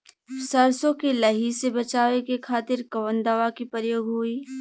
सरसो के लही से बचावे के खातिर कवन दवा के प्रयोग होई?